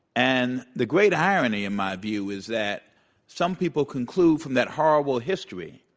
and the great irony in my view is that some people conclude from that horrible history